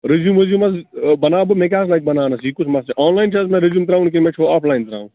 resume ویزوٗم حظ بناوٕ بہٕ مےٚ کیٛاہ حظ لگ بناونس یہ کُس مسلہٕ آن لایَن چھا حظ مےٚ ریزوٗم ترٛاوُن کِنہٕ مےٚ چھُ ہُہ آف لایَن ترٛاوُن